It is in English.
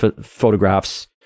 photographs